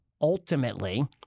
ultimately